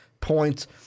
points